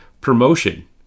promotion